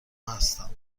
هستم